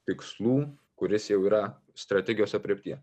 tikslų kuris jau yra strategijos aprėptyje